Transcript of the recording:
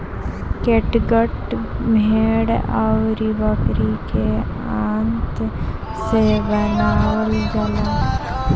catgut भेड़ अउरी बकरी के आंत से बनावल जाला